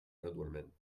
gradualment